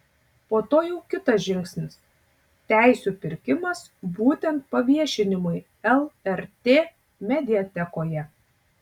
po to jau kitas žingsnis teisių pirkimas būtent paviešinimui lrt mediatekoje